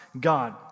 God